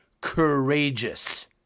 courageous